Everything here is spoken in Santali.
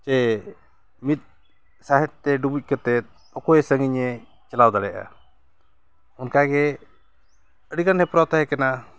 ᱡᱮ ᱢᱤᱫ ᱥᱟᱦᱮᱸᱫ ᱛᱮ ᱰᱩᱵᱩᱡ ᱠᱟᱛᱮ ᱚᱠᱚᱭ ᱥᱟᱺᱜᱤᱧᱮ ᱪᱟᱞᱟᱣ ᱫᱟᱲᱮᱭᱟᱜᱼᱟ ᱚᱱᱠᱟᱜᱮ ᱟᱹᱰᱤᱜᱟᱱ ᱦᱮᱯᱨᱟᱣ ᱛᱟᱦᱮᱸ ᱠᱟᱱᱟ